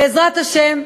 בעזרת השם,